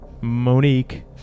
Monique